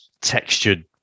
textured